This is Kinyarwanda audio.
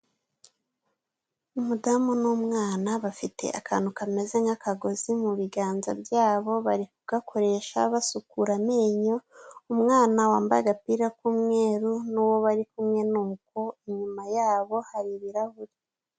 Umudamu n'umwana bafite akantu kameze nk'akagozi mu biganza byabo, bari kugakoresha basukura amenyo, umwana wambaye agapira k'umweru n'uwo bari kumwe nuko, inyuma yabo hari ibirahuri.